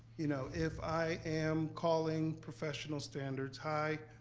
you know if i am calling professional standards, hi,